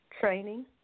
training